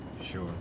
Sure